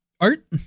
Art